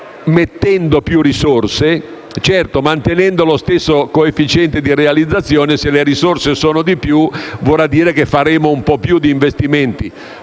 mettendo più risorse. Certo, mantenendo lo stesso coefficiente di realizzazione, se le risorse sono di più, vorrà dire che faremo un po' più di investimenti